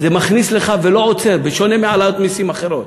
מכניס לך ולא עוצר, בשונה מהעלאות מסים אחרות,